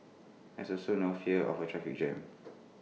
there's also no fear of A traffic jam